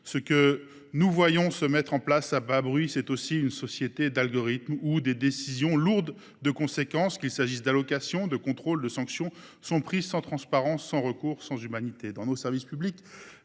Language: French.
en effet se mettre en place à bas bruit une société d’algorithmes, où des décisions lourdes de conséquences – qu’il s’agisse d’allocations, de contrôles ou de sanctions – sont prises sans transparence, sans recours et sans humanité. Dans nos services publics,